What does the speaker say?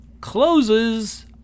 closes